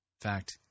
fact